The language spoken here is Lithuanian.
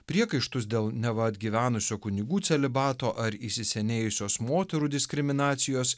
priekaištus dėl neva atgyvenusio kunigų celibato ar įsisenėjusios moterų diskriminacijos